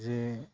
যে